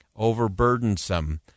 overburdensome